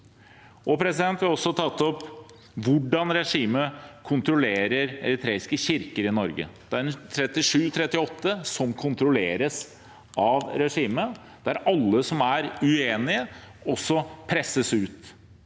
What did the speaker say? Vi har også tatt opp hvordan regimet kontrollerer eritreiske kirker i Norge. Det er 37–38 som kontrolleres av regimet, der alle som er uenige, presses ut.